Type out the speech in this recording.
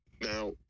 now